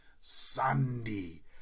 Sandy